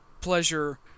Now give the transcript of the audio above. pleasure